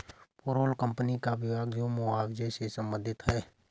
payroll company का विभाग जो मुआवजे से संबंधित है